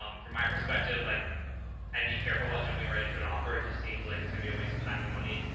um from my perspective, like i'd be careful about jumping right into an offer. it just seems like it's gonna be a waste of time and money,